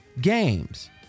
games